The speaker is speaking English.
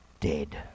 dead